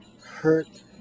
hurt